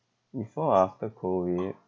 before or after COVID